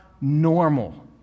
normal